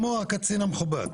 כמו הקצין המכובד,